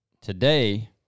Today